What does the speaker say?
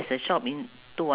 how much is it